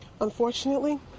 Unfortunately